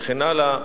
וכן הלאה,